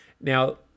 Now